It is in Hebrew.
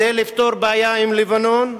כדי לפתור בעיה עם לבנון,